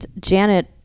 Janet